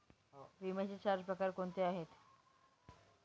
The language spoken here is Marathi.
विम्याचे चार प्रकार कोणते आहेत?